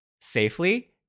safely